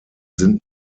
sind